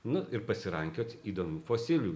nu ir pasirankiot įdomių fosilijų